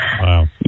Wow